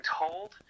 told